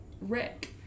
Rick